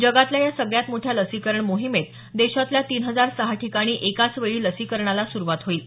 जगातल्या या सगळ्यात मोठ्या लसीकरण मोहिमेत देशातल्या तीन हजार सहा ठिकाणी एकाचवेळी लसीकरणाला सुरुवात होईल